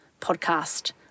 podcast